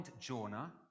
Jonah